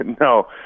No